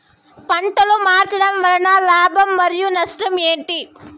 పంటలు మార్చడం వలన లాభం మరియు నష్టం ఏంటి